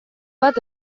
bat